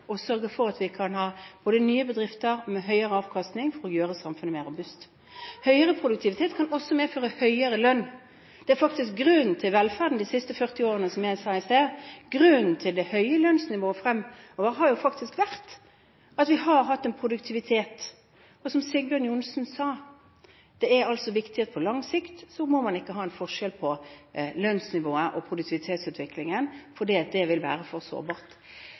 kan også medføre høyere lønn. Det er faktisk grunnen til velferden de siste 40 årene, som jeg sa i sted. Grunnen til det høye lønnsnivået fremover har faktisk vært at vi har hatt en produktivitet. Og som Sigbjørn Johnsen sa, er det viktig på lang sikt at det ikke er en forskjell på lønnsnivået og produktivitetsutviklingen, for det vil være for sårbart.